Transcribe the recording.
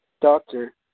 doctor